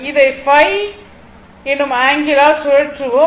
இதை ϕ எனும் ஆங்கிளால் சுழற்றுவோம்